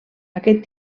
aquest